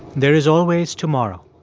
there is always tomorrow.